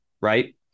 right